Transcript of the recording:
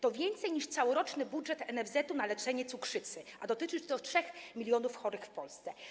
To więcej niż całoroczny budżet NFZ na leczenie cukrzycy, a dotyczy to 3 mln chorych w Polsce.